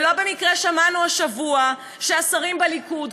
ולא במקרה שמענו השבוע שהשרים בליכוד,